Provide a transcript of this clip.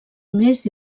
més